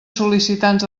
sol·licitants